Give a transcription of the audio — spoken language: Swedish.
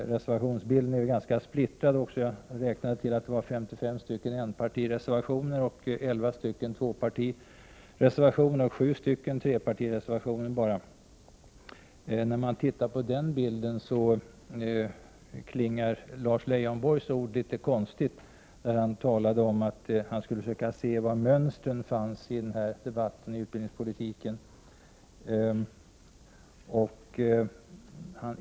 Reservationsbilden är ganska splittrad. Det finns 55 stycken enpartireservationer, 11 stycken tvåpartireservationer och 7 stycken trepartireservationer. När man tittar på denna bild klingar Lars Leijonborgs ord litet konstigt. Lars Leijonborg talade om att han skulle försöka se var mönstren i debatten om utbildningspolitiken fanns.